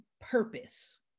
purpose